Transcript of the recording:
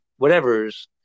whatevers